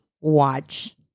watch